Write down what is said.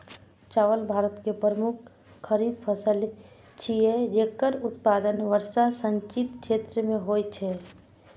चावल भारत के मुख्य खरीफ फसल छियै, जेकर उत्पादन वर्षा सिंचित क्षेत्र मे होइ छै